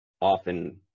often